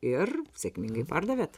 ir sėkmingai pardavėt